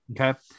Okay